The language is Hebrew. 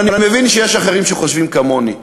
אבל אני מבין שיש אחרים שלא חושבים כמוני.